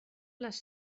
les